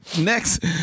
Next